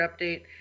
update